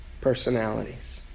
personalities